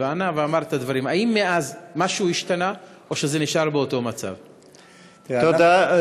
ושאם לא נעשה שום דבר עומד לחזור על עצמו גם